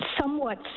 somewhat